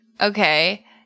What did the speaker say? Okay